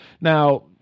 Now